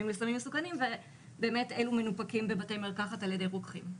לסמים מסוכנים ובאמת אלו מנופקים בבתי מרקחת על ידי רוקחים.